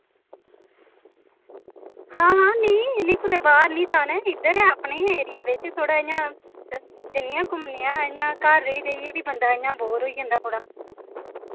हां हां नि नि कुतै बाह्र नि जाना ऐ इद्धर गै अपने एरिया बिच थोह्ड़ा इयां जन्नेआं घुम्मनेआं इयां घर रेही रेहियै बी बंदा इयां बोर होई जंदा थोह्ड़ा